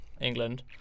England